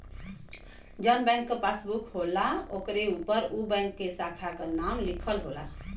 जौन बैंक क पासबुक होला ओकरे उपर उ बैंक के साखा क नाम लिखल होला